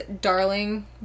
Darling